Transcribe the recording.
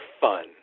fun